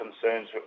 concerns